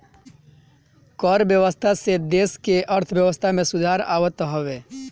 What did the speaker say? कर व्यवस्था से देस के अर्थव्यवस्था में सुधार आवत हवे